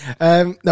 No